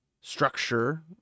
structure